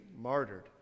martyred